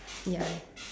ya